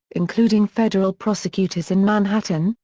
including federal prosecutors in manhattan,